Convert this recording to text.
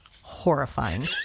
Horrifying